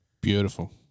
Beautiful